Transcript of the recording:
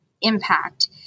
impact